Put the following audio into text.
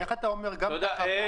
איך אתה אומר גם --- שלמה.